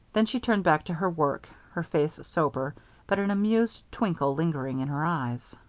then she turned back to her work, her face sober but an amused twinkle lingering in her eyes.